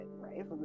right